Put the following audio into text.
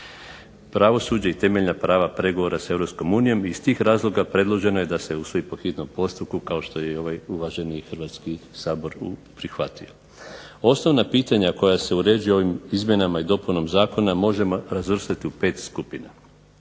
Pravosuđe i temeljna prava pregovora sa Europskom unijom. I iz tih razloga predloženo je da se usvoji po hitnom postupku kao što je i ovaj uvaženi Hrvatski sabor prihvatio. Osnovna pitanja koja se uređuju ovim izmjenama i dopunom zakona možemo razvrstati u pet skupina.